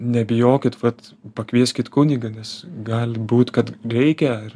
nebijokit vat pakvieskit kunigą nes gali būt kad reikia ar